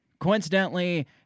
Coincidentally